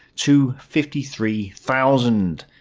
to fifty three thousand.